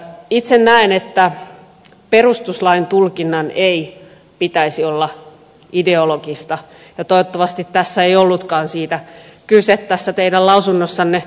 itse näen että perustuslain tulkinnan ei pitäisi olla ideologista ja toivottavasti ei ollutkaan siitä kyse tässä teidän lausunnossanne